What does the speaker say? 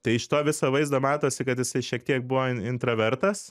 tai iš to viso vaizdo matosi kad jisai šiek tiek buvo intravertas